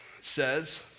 says